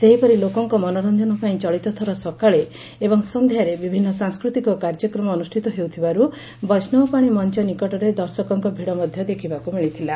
ସେହିପରି ଲୋକଙ୍କ ମନୋରଞ୍ଞନ ପାଇଁ ଚଳିତଥର ସକାଳେ ଏବଂ ସଂଧ୍ଧାରେ ବିଭିନ୍ ସାଂସ୍କୃତିକ କାର୍ଯ୍ୟକ୍ରମ ଅନୁଷ୍ଠିତ ହେଉଥିବାରୁ ବୈଷବପାଶି ମଞ ନିକଟରେ ଦର୍ଶକଙ୍ଙ ଭିଡ଼ ମଧ ଦେଖବାକୁ ମିଳିଥଲା